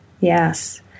Yes